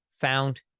found